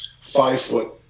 five-foot